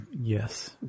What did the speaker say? Yes